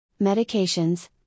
Medications